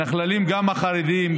נכללים גם החרדים,